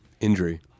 Injury